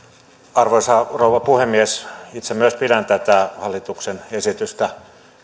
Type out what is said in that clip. arvoisa rouva puhemies itse myös pidän tätä hallituksen esitystä